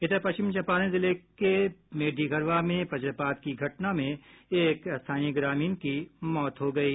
इधर पश्चिम चंपारण जिले के भेड़िहरवा में वज्रपात की घटना में एक स्थानीय ग्रामीण की मौत हो गयी